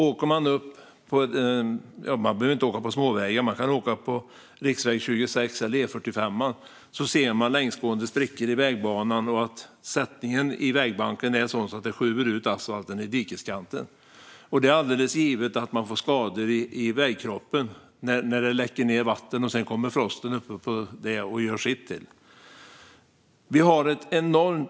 Åker man på riksväg 26 eller E45 ser man längsgående sprickor i vägbanan och att sättningen i vägbanken gör att asfalten trycks ut i dikeskanten. Det är givet att man får skador i vägkroppen när det läcker ned vatten och frosten sedan kommer och gör sitt till.